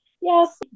yes